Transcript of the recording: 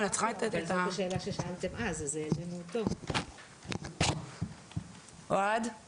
אז מעבר לעובדה שאתה תדבר איתנו על השכר של העובדות הסוציאליות